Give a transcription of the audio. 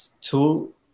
two